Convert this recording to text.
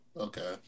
Okay